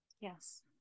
Yes